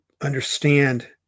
understand